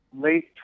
late